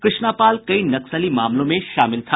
कृष्णा पाल कई नक्सली मामलों में शामिल था